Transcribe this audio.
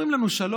אומרים לנו שלום,